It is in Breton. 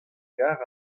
gar